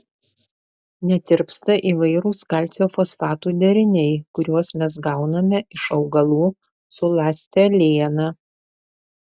netirpsta įvairūs kalcio fosfatų deriniai kuriuos mes gauname iš augalų su ląsteliena